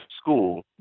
school